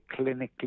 clinically